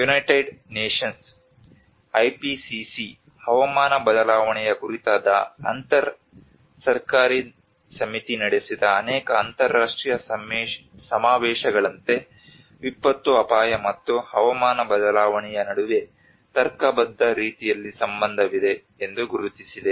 United Nations IPCC ಹವಾಮಾನ ಬದಲಾವಣೆಯ ಕುರಿತಾದ ಅಂತರ್ ಸರ್ಕಾರಿ ಸಮಿತಿ ನಡೆಸಿದ ಅನೇಕ ಅಂತರರಾಷ್ಟ್ರೀಯ ಸಮಾವೇಶಗಳಂತೆ ವಿಪತ್ತು ಅಪಾಯ ಮತ್ತು ಹವಾಮಾನ ಬದಲಾವಣೆಯ ನಡುವೆ ತರ್ಕಬದ್ಧ ರೀತಿಯಲ್ಲಿ ಸಂಬಂಧವಿದೆ ಎಂದು ಗುರುತಿಸಿದೆ